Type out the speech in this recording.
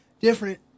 different